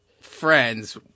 friends